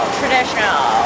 traditional